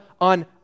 on